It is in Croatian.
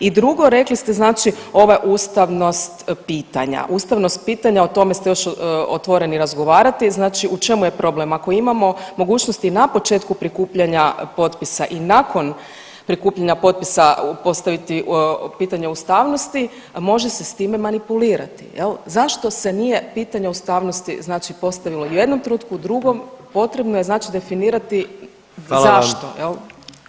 I drugo, rekli ste znači ovo je ustavnost pitanja, ustavnost pitanja, o tome ste još otvoreni razgovarati, znači u čemu je problem, ako imamo mogućnosti na početku prikupljanja potpisa i nakon prikupljanja potpisa postaviti pitanje ustavnosti može se s time manipulirati jel, zašto se nije pitanje ustavnosti znači postavilo u jednom trenutku, u drugom, potrebno je znači definirati zašto jel?